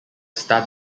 stud